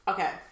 Okay